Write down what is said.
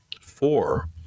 four